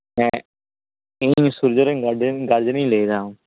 ᱦᱮᱸ ᱤᱧ ᱥᱩᱨᱡᱚ ᱨᱮᱱ ᱜᱟᱨᱰᱮᱱ ᱜᱟᱨᱡᱮᱱ ᱤᱧ ᱞᱟᱹᱭᱮᱫᱟ